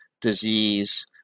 disease